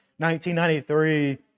1993